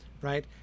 right